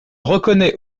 reconnaît